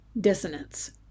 dissonance